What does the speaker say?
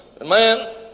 Amen